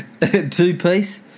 two-piece